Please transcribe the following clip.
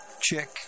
Chick